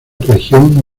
región